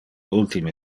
ultime